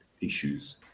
issues